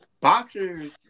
Boxers